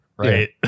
right